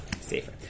safer